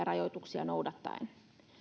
rajoituksia noudattaen